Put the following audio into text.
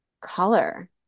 color